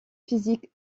physiques